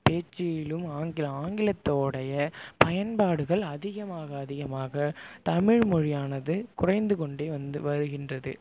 பேச்சிலும் ஆங்கிலம் ஆங்கிலத்தோடைய பயன்பாடுகள் அதிகமாக அதிகமாக தமிழ்மொழியானது குறைந்து கொண்டே வந்து வருகின்றது